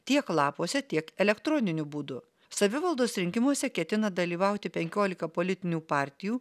tiek lapuose tiek elektroniniu būdu savivaldos rinkimuose ketina dalyvauti penkiolika politinių partijų